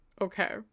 Okay